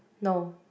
no